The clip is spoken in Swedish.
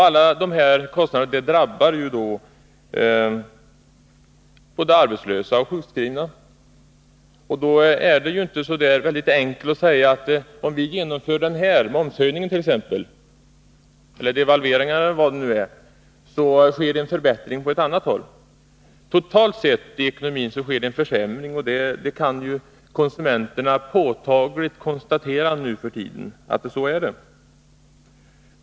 Alla de här kostnaderna drabbar ju både arbetslösa och sjukskrivna. Då är det inte så enkelt att man kan säga att om vi genomför momshöjningen, devalveringen eller vad det nu är, så sker en förbättring på ett annat håll. Totalt sett i ekonomin sker det en försämring, och konsumenterna kan nu för tiden påtagligt konstatera att det är så.